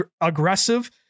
aggressive